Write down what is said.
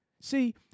See